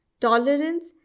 tolerance